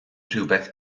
rhywbeth